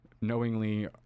knowingly